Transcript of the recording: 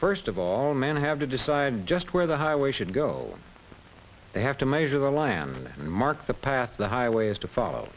first of all men have to decide just where the highway should go they have to measure the land and mark the path the highway is to follow